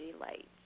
light